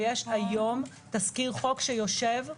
ויש היום תזכיר חוק שיושב בעניין.